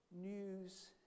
news